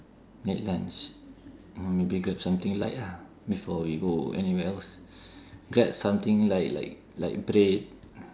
late lunch or maybe grab something light ah before we go anywhere else grab something light like like bread